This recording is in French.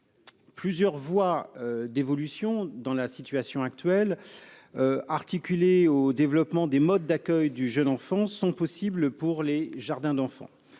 plusieurs voies d'évolution articulées au développement des modes d'accueil du jeune enfant sont possibles pour les jardins d'enfants.